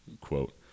Quote